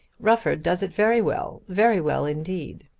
rufford does it very well very well indeed.